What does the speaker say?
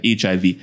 HIV